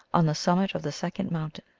on the summit of the second mountain.